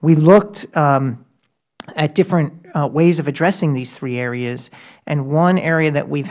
we looked at different ways of addressing these three areas and one area that we